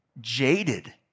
jaded